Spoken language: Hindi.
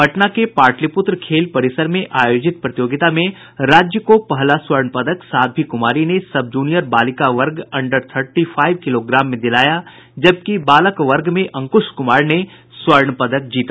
पटना के पाटलीपुत्र खेल परिसर में आयोजित प्रतियोगिता में राज्य को पहला स्वर्ण पदक साध्वी कुमारी ने सबजूनियर बालिका वर्ग अंडर थर्टी फाईव किलोग्राम में दिलाया जबकि बालक वर्ग में अंकुश कुमार ने स्वर्ण पदक जीता